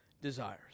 desires